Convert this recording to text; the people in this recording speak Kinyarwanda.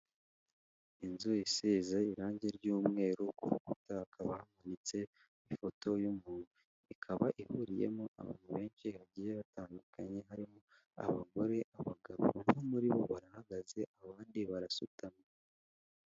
Inzu isize irangi ry'umweru kurukuta hakaka hamanitse ifoto y'umuntu, ikaba ihuriyemo abantu benshi bagiye batandukanye harimo abagore abagabo bo muri bo barahagaze abandi barasutamye.